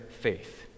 faith